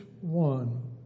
one